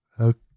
Okay